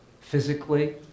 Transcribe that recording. physically